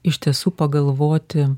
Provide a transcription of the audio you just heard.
iš tiesų pagalvoti